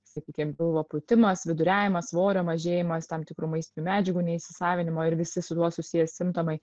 sakykim pilvo pūtimas viduriavimas svorio mažėjimas tam tikrų maistinių medžiagų neįsisavinimo ir visi su tuo susiję simptomai